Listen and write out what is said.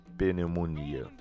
pneumonia